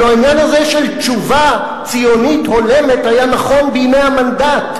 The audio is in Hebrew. הלוא העניין הזה של תשובה ציונית הולמת היה נכון בימי המנדט,